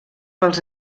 pels